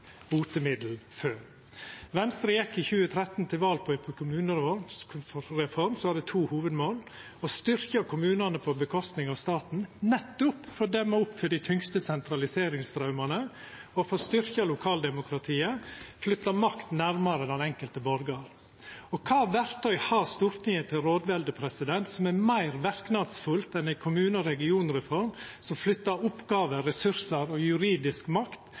botemiddel for. Venstre gjekk i 2013 til val på ei kommunereform som hadde to hovudmål: å styrkja kommunane på kostnad av staten – nettopp for å demma opp for dei tyngste sentraliseringsstraumane – og å styrkja lokaldemokratiet, flytta makt nærmare den enkelte borgaren. Kva verktøy har Stortinget til rådvelde som er meir verknadsfullt enn ei kommune- og regionreform som flyttar oppgåver, ressursar og juridisk makt